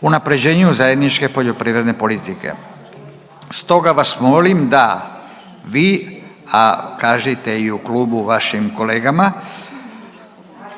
unapređenju zajedničke poljoprivredne politike. Stoga vas molim da vi, a kažite i u klubu vašim kolegama